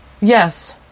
Yes